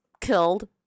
killed